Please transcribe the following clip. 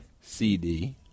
CD